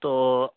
تو